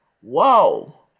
whoa